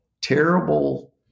terrible